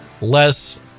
less